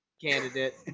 candidate